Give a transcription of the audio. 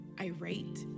irate